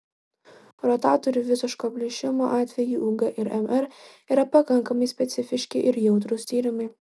rotatorių visiško plyšimo atveju ug ir mr yra pakankamai specifiški ir jautrūs tyrimai